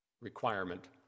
requirement